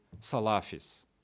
Salafis